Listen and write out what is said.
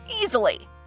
Easily